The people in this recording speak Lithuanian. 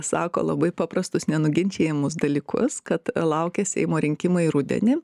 sako labai paprastus nenuginčijamus dalykus kad laukia seimo rinkimai rudenį